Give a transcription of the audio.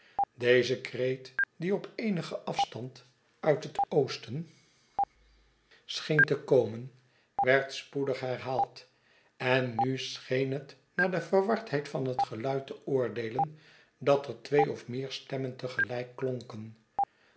deze kreet die op eenigen afstand uit het oosten scheen te komen werd spoedig herhaald en nu scheen het naar de verwardheid van het geluid te oordeelen dat er twee of meer stemmen te gelijk klonken